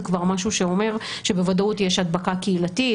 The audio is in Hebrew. זה כבר משהו שאומר שבוודאות יש הדבקה קהילתית,